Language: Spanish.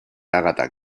agatha